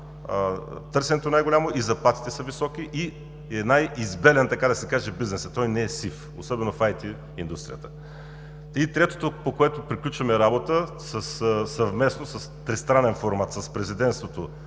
търсенето е най-голямо и заплатите са високи, и е най-избелен, така да се каже бизнеса, той не е сив, особено в IT индустрията. Третото, по което приключваме работа, съвместно с тристранен формат – с президентството,